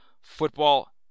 football